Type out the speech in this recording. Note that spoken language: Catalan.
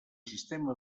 sistema